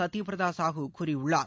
சத்யபிரதா சாஹூ கூறியுள்ளார்